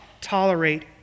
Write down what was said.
tolerate